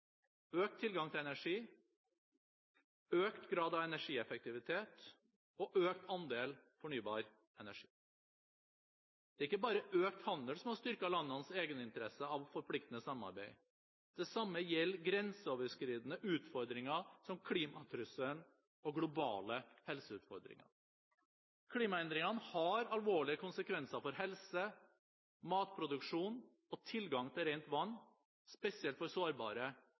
økt tilgang til energi, økt grad av energieffektivitet og økt andel fornybar energi. Det er ikke bare økt handel som har styrket landenes egeninteresse av forpliktende samarbeid. Det samme gjelder grenseoverskridende utfordringer som klimatrusselen og globale helseutfordringer. Klimaendringene har alvorlige konsekvenser for helse, matproduksjon og tilgang til rent vann, spesielt for sårbare